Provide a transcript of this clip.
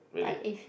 really